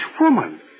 woman